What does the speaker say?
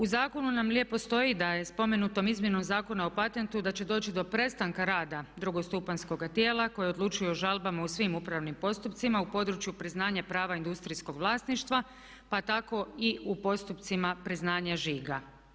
U zakonu nam lijepo stoji da je spomenutom izmjenom Zakona o patentu da će doći do prestanka rada drugostupanjskoga tijela koje odlučuje o žalbama u svim upravnim postupcima u području priznanja prava industrijskog vlasništva pa tko i u postupcima priznanja žiga.